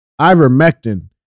ivermectin